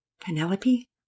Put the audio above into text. Penelope